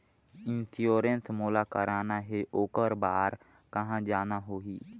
Insurance मोला कराना हे ओकर बार कहा जाना होही?